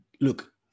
look